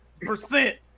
percent